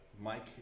Mike